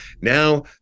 Now